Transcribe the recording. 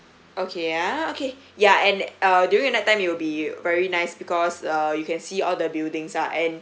okay ah okay yeah and uh during nighttime it will be very nice because uh you can see all the buildings lah and